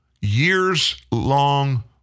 years-long